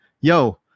yo